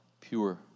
pure